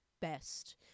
best